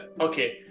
okay